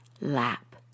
lap